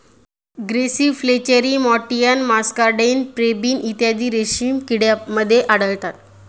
grasserie flacherie मॅटियन muscardine pebrine इत्यादी रेशीम किड्यांमध्ये आढळतात